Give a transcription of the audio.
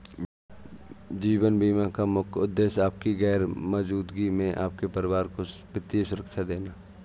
जीवन बीमा का मुख्य उद्देश्य आपकी गैर मौजूदगी में आपके परिवार को वित्तीय सुरक्षा देना